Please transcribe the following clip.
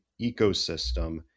ecosystem